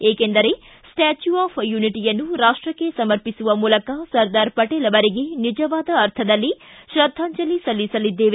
ಏಕೆಂದರೆ statue of ಯುನಿಟಿಯನ್ನು ರಾಷ್ಷಕ್ಷೆ ಸಮರ್ಪಿಸುವ ಮೂಲಕ ಸರ್ದಾರ್ ಪಟೇಲ್ ಅವರಿಗೆ ನಿಜವಾದ ಅರ್ಥದಲ್ಲಿ ಶೃದ್ದಾಂಜಲಿ ಸಲ್ಲಿಸಲಿದ್ದೇವೆ